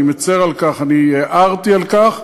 אני מצר על כך, אני הערתי על כך,